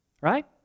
right